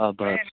આભાર